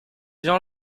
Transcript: gens